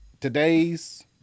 Today's